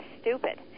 stupid